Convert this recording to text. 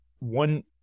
One